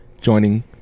joining